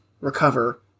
recover